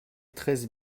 treize